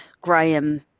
Graham